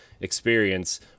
experience